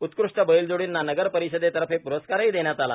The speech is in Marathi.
उत्कृष्ट बैलजोडींना नगर परिषदेतर्फे प्रस्कारही देण्यात आला